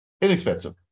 inexpensive